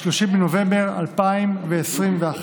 לא נעשו מאמצים מספיקים למצוא את איימן.